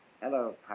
Hello